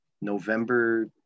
November